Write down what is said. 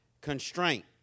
constraint